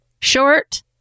Short